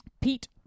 Pete